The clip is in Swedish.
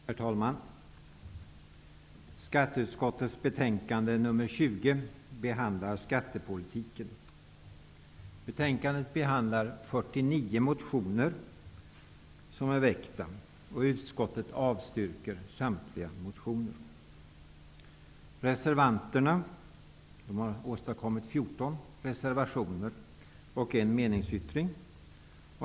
Herr talman! Skatteutskottets betänkande nr 20 49 motioner som har väckts, och utskottet avstyrker samtliga motioner. Reservanterna har åstadkommit 14 reservationer och en meningsyttring.